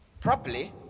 properly